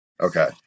Okay